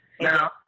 now